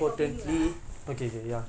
why you copying lah